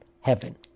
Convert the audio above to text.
heaven